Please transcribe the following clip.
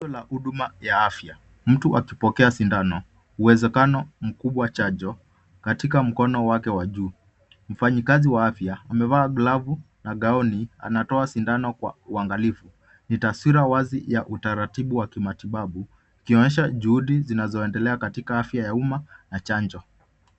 Kituo la huduma ya afya mtu akipokea sindano uwezekano mkubwa chanjo katika mkono wake wa juu. Mfanyikazi wa afya amevaa glavu na kaoni anatoa sindano kwa uangalifu ni taswira wazi wa utaratibu wa kimatibabu ikionyesha juhudi zinazoendelea Katika afya ya Uma ya chanjo.